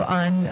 on